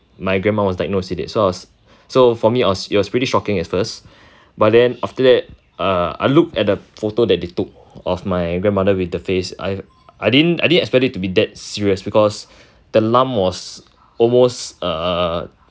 my grandma was diagnosed with it so I was so for me I was was pretty shocking at first but then after that err I looked at the photo that they took of my grandmother with the face I didn't I didn't expect it to be that serious because the lump was almost uh